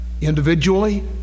Individually